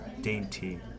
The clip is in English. dainty